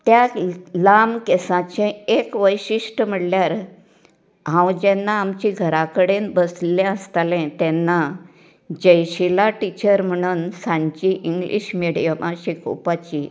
त्या लांब केंसांचे एक वैशिश्ट म्हळ्यार हांव जेन्ना आमच्या घरां कडेन बसलें आसताले तेन्ना जयशिला टिचर म्हणून सांजची इंग्लीश मिडियमांतली शिकोवपाची